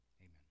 Amen